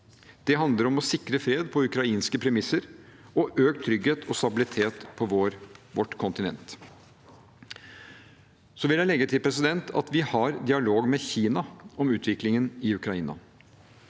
Det handler om å sikre fred på ukrainske premisser og økt trygghet og stabilitet på vårt kontinent. Så vil jeg legge til at vi har dialog med Kina om utviklingen i Ukraina.